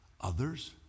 others